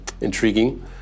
Intriguing